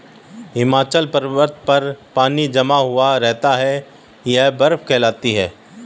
हिमालय पर्वत पर पानी जमा हुआ रहता है यह बर्फ कहलाती है